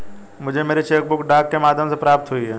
मुझे मेरी cheque book डाक के माध्यम से प्राप्त हुई है